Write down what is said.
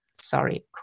sorry